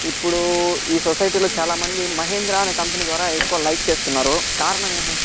ఇప్పుడు ఈ సొసైటీలో చాలా మంది మహీంద్రా అనే కంపెనీ ద్వారా ఎక్కువ లైక్ చేస్తున్నారు కారణం ఏమి